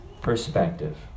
perspective